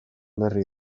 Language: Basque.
berri